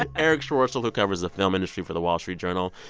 ah erich schwartzel, who covers the film industry for the wall street journal.